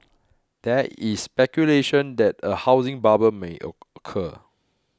there is speculation that a housing bubble may occur